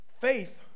Faith